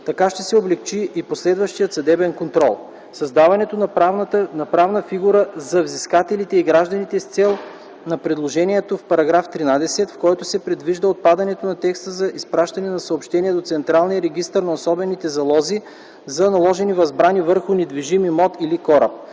Така ще се облекчи и последващият съдебен контрол. Създаването на правна сигурност за взискателите и гражданите е целта на предложението в § 13, в който се предвижда отпадането на текста за изпращане на съобщение до Централния регистър на особените залози за наложени възбрани върху недвижим имот или кораб.